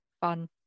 fun